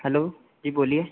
hello ji बोलिए